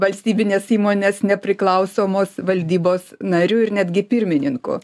valstybinės įmonės nepriklausomos valdybos nariu ir netgi pirmininku